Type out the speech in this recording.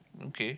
okay